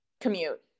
commute